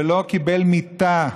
ולא קיבל מיטה.